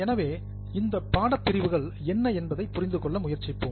எனவே இந்த பாடப்பிரிவுகள் என்ன என்பதை புரிந்து கொள்ள முயற்சிப்போம்